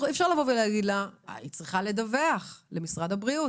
אפשר לבוא ולהגיד לה: היית צריכה לדווח למשרד הבריאות.